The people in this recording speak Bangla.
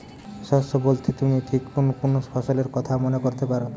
শস্য বোলতে তুমি ঠিক কুন কুন ফসলের কথা মনে করতে পার?